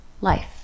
life